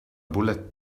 bullet